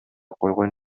койгон